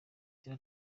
agira